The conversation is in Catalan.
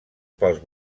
pels